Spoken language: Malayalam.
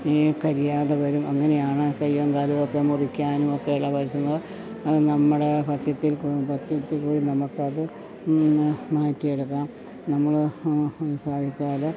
ഈ കരിയാതെ വരും അങ്ങനെയാണ് കൈയ്യും കാലും ഒക്കെ മുറിക്കാനും ഒക്കെ ഇട വരുത്തുന്നത് അത് നമ്മടെ പത്യത്തിൽ പത്യത്തിൽ കൂടി നമുക്ക് അത് മാറ്റിയെടുക്കാം നമ്മൾ അത് സാധിച്ചാൽ